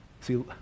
See